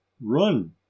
run